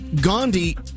Gandhi